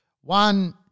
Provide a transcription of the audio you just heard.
One